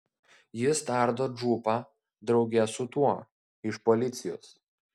jis tardo džubą drauge su tuo iš policijos